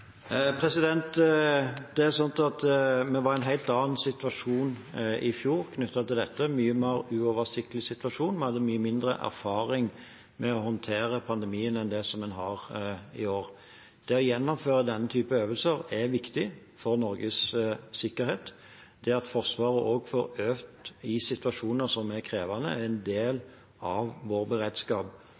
Vi var i en helt annen situasjon i fjor knyttet til dette. Det var en mye mer uoversiktlig situasjon. Vi hadde mye mindre erfaring med å håndtere pandemien enn en har i år. Å gjennomføre denne typen øvelser er viktig for Norges sikkerhet. At Forsvaret også får øvd i situasjoner som er krevende, er en del av vår beredskap.